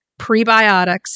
prebiotics